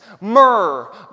myrrh